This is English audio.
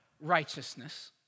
righteousness